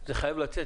זה חייב לצאת,